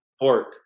pork